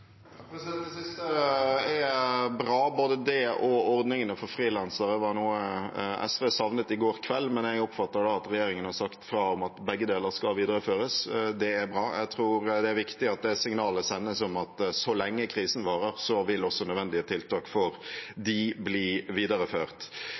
Det siste er bra, både det og ordningene for frilansere var noe SV savnet i går kveld, men jeg oppfatter da at regjeringen har sagt fra om at begge deler skal videreføres. Det er bra. Jeg tror det er viktig at det sendes signal om at så lenge krisen varer, vil også nødvendige tiltak for